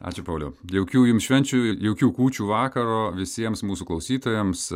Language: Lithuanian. ačiū pauliau jaukių jums švenčių jaukių kūčių vakaro visiems mūsų klausytojams